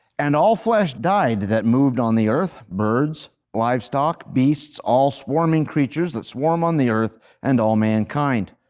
and all flesh died that moved on the earth, birds, livestock, beasts, all swarming creatures that swarm on the earth, and all mankind,